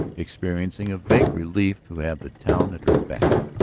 experiencing a vague relief to have the town at her back.